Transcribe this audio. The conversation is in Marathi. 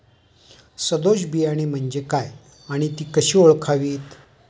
सदोष बियाणे म्हणजे काय आणि ती कशी ओळखावीत?